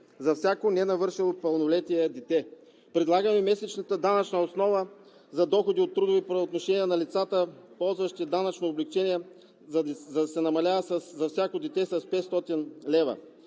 за всяко ненавършило пълнолетие дете. Предлагаме месечната данъчна основа за доходи от трудови правоотношения на лицата, ползващи данъчно облекчение, да се намалява за всяко дете с 500 лв.